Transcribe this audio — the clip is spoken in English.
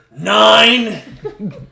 Nine